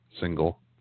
single